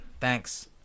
Thanks